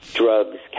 drugs